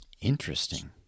Interesting